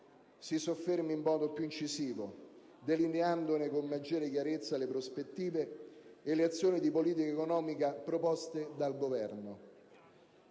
si soffermasse in modo più incisivo, delineando con maggiore chiarezza le prospettive e le azioni di politica economica proposte dal Governo.